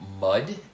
mud